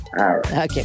Okay